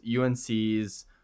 UNC's